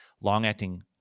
long-acting